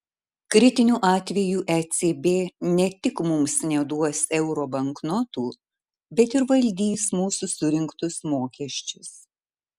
kritiniu atveju ecb ne tik mums neduos euro banknotų bet ir valdys mūsų surinktus mokesčius